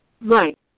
Right